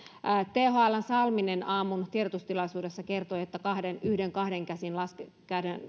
thln salminen kertoi aamun tiedotustilaisuudessa että ne tehohoitopotilaat ovat laskettavissa yhden kahden käden